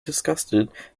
disgusted